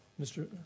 Mr